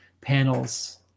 panels